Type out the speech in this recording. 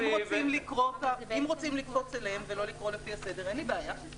אם הוועדה מעוניינת שנקפוץ קדימה ונקרא אותם אין לי בעיה.